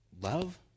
love